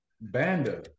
Banda